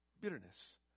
bitterness